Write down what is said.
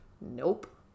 Nope